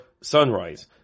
sunrise